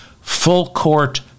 full-court